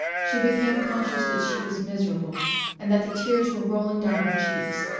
she became conscious that she was miserable and that the tears were rolling down her cheeks.